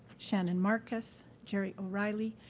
shannon marcus, jerry o'reilly,